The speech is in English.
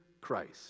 Christ